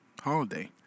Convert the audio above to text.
holiday